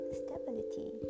stability